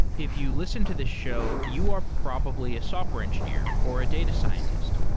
if you listen to this show, you are probably a software engineer or a data scientist.